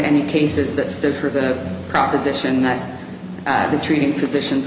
any cases that stood for the proposition that at the treating physicians